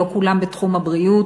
לא כולם בתחום הבריאות,